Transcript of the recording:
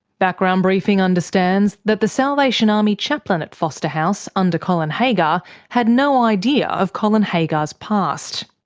background briefing understands that the salvation army chaplain at foster house under colin haggar had no idea of colin haggar's past.